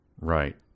Right